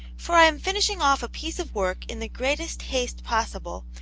for i am finishing off a piece of work in the greatest haste possible,